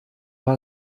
war